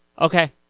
Okay